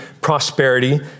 prosperity